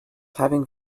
having